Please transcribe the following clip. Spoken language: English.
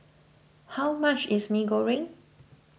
how much is Mee Goreng